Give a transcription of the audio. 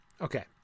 Okay